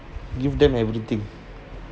give them everything